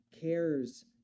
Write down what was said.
cares